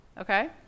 okay